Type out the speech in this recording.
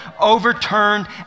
overturned